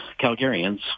Calgarians